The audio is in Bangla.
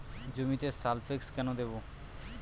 জমিতে সালফেক্স কেন দেবো?